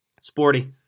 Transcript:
Sporty